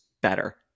better